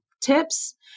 tips